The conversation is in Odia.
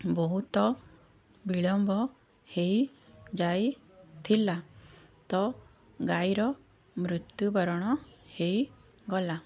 ବହୁତ ବିଳମ୍ବ ହେଇ ଯାଇଥିଲା ତ ଗାଈର ମୃତ୍ୟୁବରଣ ହେଇଗଲା